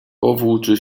powłóczy